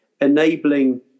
enabling